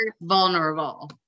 vulnerable